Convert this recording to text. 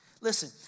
listen